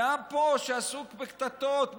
ועם פה שעסוק בקטטות,